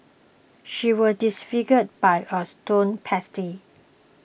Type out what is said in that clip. she was disfigured by a stone pestle